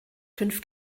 fünf